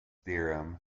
theorem